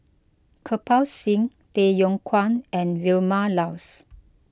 Kirpal Singh Tay Yong Kwang and Vilma Laus